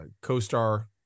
co-star